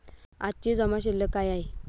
आजची जमा शिल्लक काय आहे?